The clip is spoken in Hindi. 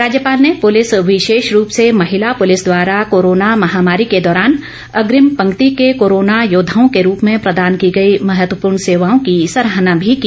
राज्यपाल ने प्रलिस विशेष रूप से महिला पुलिस द्वारा कोरोना महामारी के दौरान अग्रिम पंक्ति के कोरोना योद्वाओं के रूप में प्रदान की गई महत्वपूर्ण सेवाओं की भी सराहना की